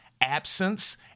absence